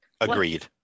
Agreed